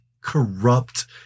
corrupt